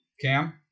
Cam